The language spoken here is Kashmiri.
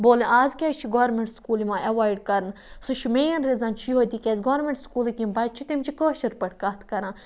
بولنہ آز کیاز چھِ گورمیٚنٹ سُکول یِوان ایٚوایِڈ کَرنہٕ سُہ چھُ مین ریٖزَن چھُ یُہے تکیازِ گورمیٚنٹ سُکولٕکۍ یِم بَچہٕ چھِ تِم چھِ کٲشِر پٲٹھۍ کتھ کَران